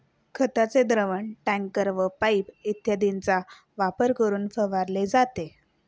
खताचे द्रावण टँकर व पाइप इत्यादींचा वापर करून फवारले जाते